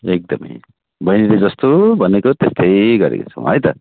एकदमै बहिनीले जस्तो भनेको त्यस्तै गरेको छौँ है त